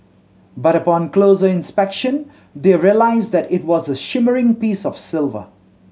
but upon closer inspection their realised that it was a shimmering piece of silver